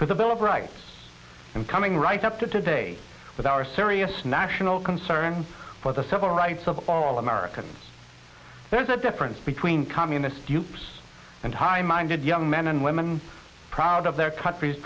to the bill of rights and coming right up to today with our serious national concerns for the civil rights of all americans there is a difference between communist dupes and high minded young men and women proud of their country's